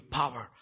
power